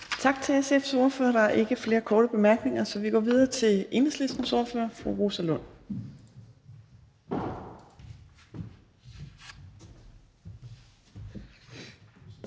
Tak til SF's ordfører. Der er ikke flere korte bemærkninger, så vi går videre til Enhedslistens ordfører fru Rosa Lund.